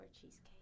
cheesecake